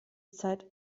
zeit